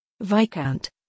Viscount